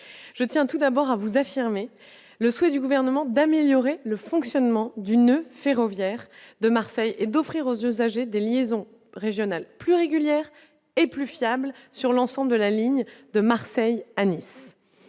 je tiens tout d'abord à vous affirmer le souhait du gouvernement d'améliorer le fonctionnement du noeud ferroviaire de Marseille et d'offrir aux usagers des liaisons régionales plus régulière et plus fiables sur l'ensemble de la ligne de Marseille à Nice,